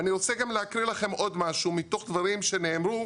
אני רוצה לקרוא לכם עוד משהו מתוך דברים שנאמרו,